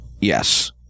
Yes